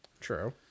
true